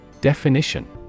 Definition